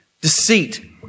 deceit